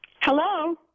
Hello